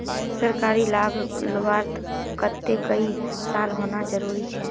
सरकारी लाभ लुबार केते कई साल होना जरूरी छे?